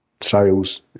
sales